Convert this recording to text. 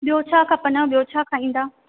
ॿियो छा खपंदव ॿियो छा खाईंदा